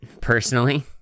personally